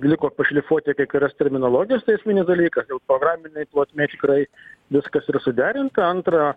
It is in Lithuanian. liko pašlifuoti kai kurias terminologijas tai esminis dalykas jau programinėj plotmėj tikrai viskas yra suderinta antra